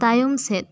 ᱛᱟᱭᱚᱢ ᱥᱮᱫ